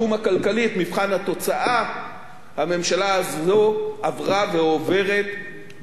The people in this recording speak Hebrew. את מבחן התוצאה הממשלה הזאת עברה ועוברת בהצלחה.